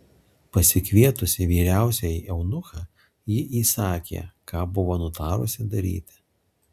pasikvietusi vyriausiąjį eunuchą ji įsakė ką buvo nutarusi daryti